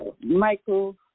Michael